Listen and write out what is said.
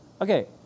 Okay